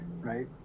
right